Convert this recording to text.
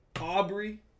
Aubrey